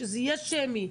שזה יהיה שמי,